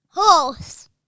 Horse